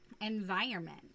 environment